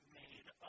made